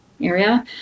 area